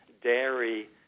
dairy